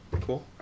Cool